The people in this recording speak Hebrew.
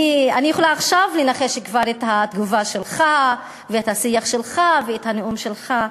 אני יכולה כבר עכשיו לנחש את התגובה שלך ואת השיח שלך ואת הנאום שלך,